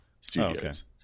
Studios